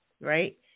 right